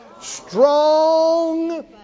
strong